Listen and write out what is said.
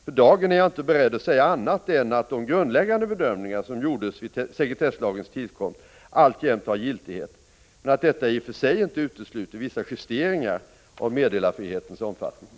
För dagen är jag inte beredd att säga annat än att de grundläggande bedömningar som gjordes vid sekretesslagens tillkomst alltjämt har giltighet, men att detta i och för sig inte utesluter vissa justeringar av meddelarfrihetens omfattning.